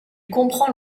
comprend